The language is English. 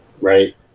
right